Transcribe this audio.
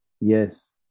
Yes